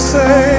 say